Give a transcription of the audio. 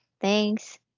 Thanks